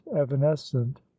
evanescent